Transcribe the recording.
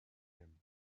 him